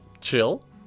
chill